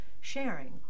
sharing